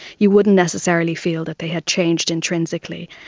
you wouldn't necessarily feel that they had changed intrinsically.